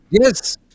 yes